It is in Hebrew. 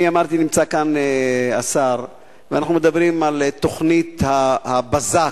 נמצא כאן השר ואנחנו מדברים על תוכנית הבזק,